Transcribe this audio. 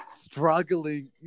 struggling